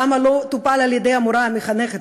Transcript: למה לא טופל על-ידי המורה המחנכת?